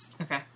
Okay